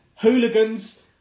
Hooligans